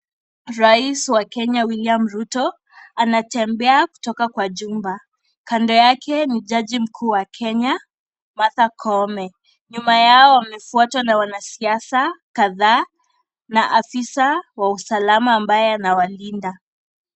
Rais wa Kenya William Ruto anatembea kutoka kwa jumba, kando yake ni jaji mkuu wa kenya Martha Koome nyuma yao wamefwatwa na wanasiasa kadhaa na afisa wa usalama ambaye anawalinda.